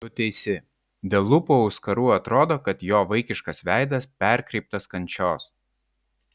tu teisi dėl lūpų auskarų atrodo kad jo vaikiškas veidas perkreiptas kančios